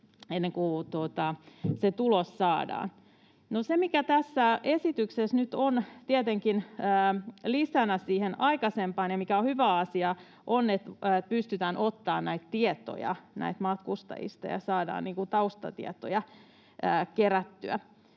ennen kuin se tulos saadaan. Se, mikä tässä esityksessä nyt on tietenkin lisänä siihen aikaisempaan ja mikä on hyvä asia, on, että pystytään ottamaan tietoja näistä matkustajista ja saadaan taustatietoja kerättyä.